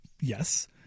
Yes